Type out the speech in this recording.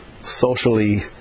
socially